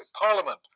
Parliament